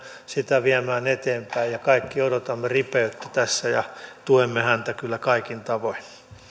sitä viemään eteenpäin kaikki odotamme ripeyttä tässä ja tuemme häntä kyllä kaikin tavoin